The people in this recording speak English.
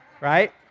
right